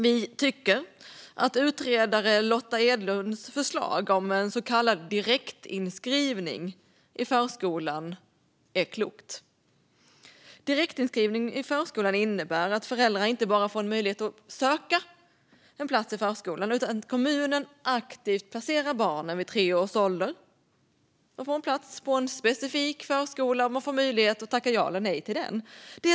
Vi tycker att utredaren Lotta Edholms förslag om så kallad direktinskrivning i förskolan är klokt. Direktinskrivning i förskolan innebär att föräldrar inte bara får möjlighet att söka en plats i förskolan utan att kommunen aktivt placerar barnen vid tre års ålder. De får då en plats på en specifik förskola, och föräldrarna får möjlighet att tacka ja eller nej till platsen.